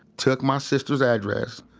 took my sister's address,